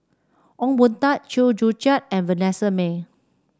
Ong Boon Tat Chew Joo Chiat and Vanessa Mae